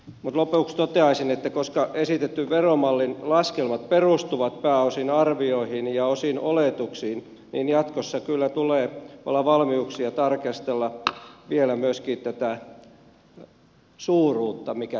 lopuksi toteaisin että koska esitetyn veromallin laskelmat perustuvat pääosin arvioihin ja osin oletuksiin niin jatkossa kyllä tulee olla valmiuksia tarkastella vielä myöskin tätä suuruutta mikä se on